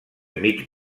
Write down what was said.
mig